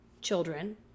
children